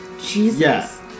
Jesus